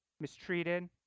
mistreated